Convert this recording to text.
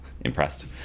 impressed